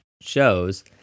shows